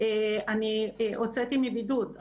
אני הוצאתי מבידוד.